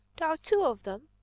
there are two of them.